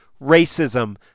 racism